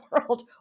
world